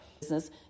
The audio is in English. Business